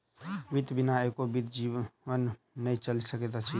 वित्त बिना एको बीत जीवन नै चलि सकैत अछि